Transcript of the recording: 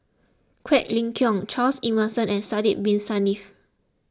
Quek Ling Kiong Charles Emmerson and Sidek Bin Saniff